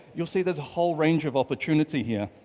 you'll see there's a whole range of opportunity here.